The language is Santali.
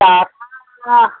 ᱪᱟᱥ